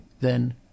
Then—